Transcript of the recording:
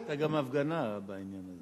היתה גם הפגנה בעניין הזה.